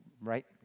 right